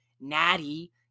Natty